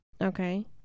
Okay